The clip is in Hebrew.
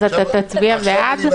אז תצביע בעד?